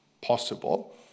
possible